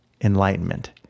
enlightenment